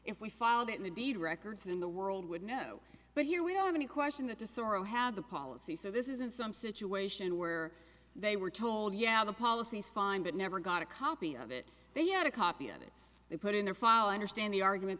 if we filed it in the deed records in the world would know but here we don't have any question that the sorow have the policy so this isn't some situation where they were told yeah the policy is fine but never got a copy of it they had a copy of it they put in their file i understand the argument